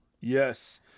Yes